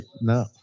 No